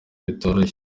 bitoroshye